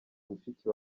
mushiki